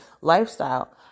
lifestyle